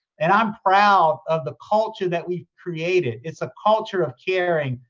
and i'm proud of the culture that we've created. it's a culture of caring.